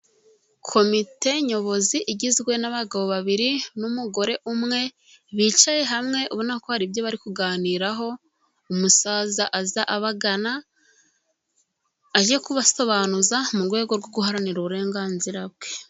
Komite nyobozi igizwe n'abagabo babiri n'umugore umwe bicaye hamwe ubona ko hari ibyo bari kuganiraho, umusaza aza abagana aje kubasobanuza mu rwego rwo guharanira uburenganzira bwe.